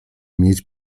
mieć